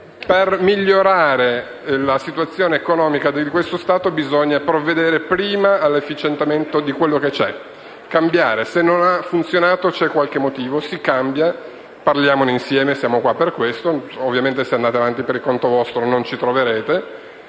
per migliorare la situazione economica di questo Stato. Bisogna provvedere prima all'efficientamento di quello che c'è. Se non ha funzionato ci sarà un motivo e dunque si cambia. Parliamone insieme, siamo qui per questo; ovviamente se andate avanti per conto vostro non ci troverete,